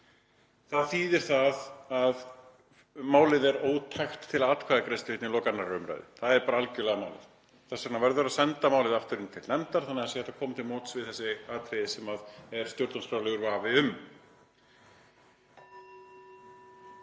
Það þýðir það að málið er ótækt til atkvæðagreiðslu í lok 2. umr. Það er bara algerlega málið. Þess vegna verður að senda málið aftur inn til nefndar, þannig að það sé hægt að koma til móts við þessi atriði sem er stjórnarskrárlegur vafi um.